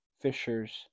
fishers